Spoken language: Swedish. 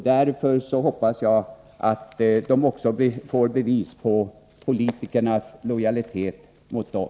Därför hoppas jag att SIDA:s anställda också får bevis på politikernas lojalitet mot dem.